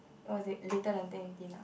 was it later than ten fiften uh